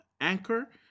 Anchor